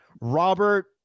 Robert